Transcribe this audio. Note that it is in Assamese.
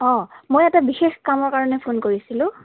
অঁ মই এটা বিশেষ কামৰ কাৰণে ফোন কৰিছিলোঁ